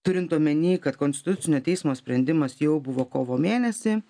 turint omeny kad konstitucinio teismo sprendimas jau buvo kovo mėnesį